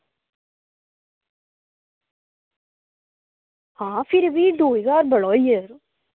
आं फिर बी दौ ज्हार बड़ा होई गेआ यरो